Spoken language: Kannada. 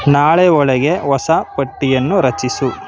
ನಾಳೆ ಒಳಗೆ ಹೊಸ ಪಟ್ಟಿಯನ್ನು ರಚಿಸು